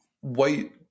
white